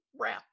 wrap